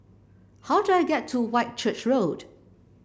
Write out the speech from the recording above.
how do I get to Whitchurch Road